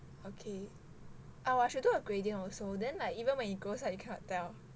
okay ah I should do a gradient also then like even when it grows out like you cannot tell